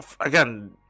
again